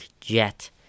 Jet